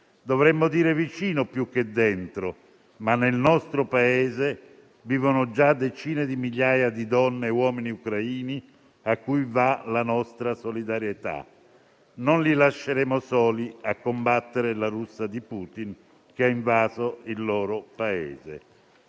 dovremmo dire "vicino" più che "dentro", ma nel nostro Paese vivono già decine di migliaia di donne e uomini ucraini a cui va la nostra solidarietà. Non li lasceremo soli a combattere la Russia di Putin che ha invaso il loro Paese.